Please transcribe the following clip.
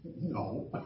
No